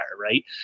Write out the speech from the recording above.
right